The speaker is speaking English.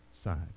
side